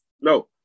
No